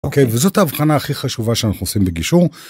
אוקיי, וזאת ההבחנה הכי חשובה שאנחנו עושים בגישור.